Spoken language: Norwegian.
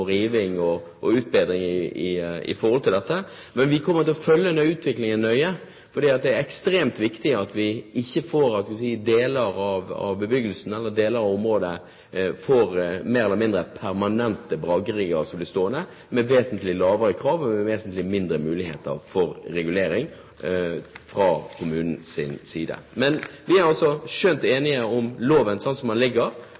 riving og utbedring når det gjelder dette. Men vi kommer til å følge denne utviklingen nøye, for det er ekstremt viktig at vi ikke får – skal vi si – deler av et område med mer eller mindre permanente brakkerigger som blir stående, med vesentlig lavere krav, og med vesentlig mindre muligheter for regulering fra kommunenes side. Vi er altså skjønt